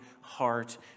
heart